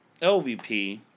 LVP